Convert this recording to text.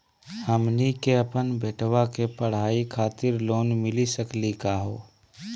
हमनी के अपन बेटवा के पढाई खातीर लोन मिली सकली का हो?